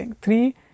three